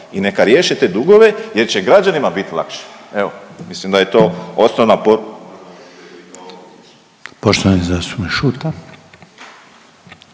i neka riješi te dugove jer će građanima biti lakše. Evo, mislim da je to osnovna … **Reiner, Željko